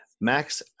Max